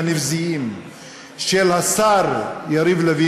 הנבזיים של השר יריב לוין,